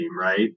right